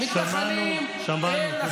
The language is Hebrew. שמענו, שמענו.